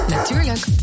Natuurlijk